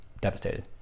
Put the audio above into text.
devastated